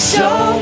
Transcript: Show